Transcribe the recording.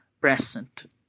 present